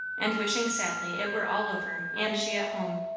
and wishing sadly it were all over and she at home.